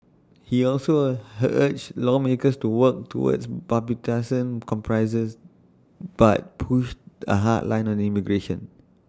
he also A her urged lawmakers to work toward bipartisan compromises but pushed A hard line on immigration